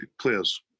players